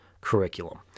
curriculum